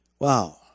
Wow